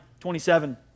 27